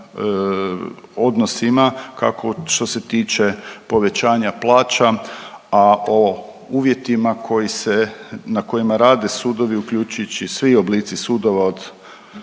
odnosima kako što se tiče povećanja plaća, a o uvjetima koji se na kojima rade sudovi, uključujući i svi oblici sudova od